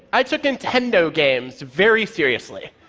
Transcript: i took nintendo games very seriously.